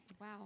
Wow